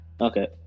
Okay